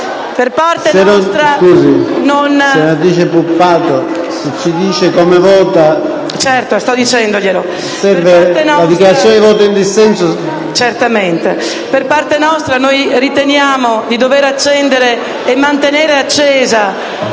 Per parte nostra riteniamo di dover accendere e mantenere accesa...